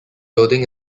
building